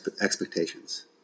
expectations